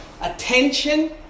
attention